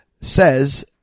says